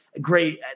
Great